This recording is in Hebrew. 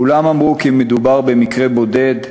כולם אמרו כי מדובר במקרה בודד,